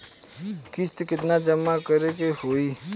किस्त केतना जमा करे के होई?